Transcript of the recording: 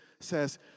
says